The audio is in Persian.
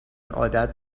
عادت